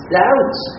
doubts